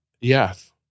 Yes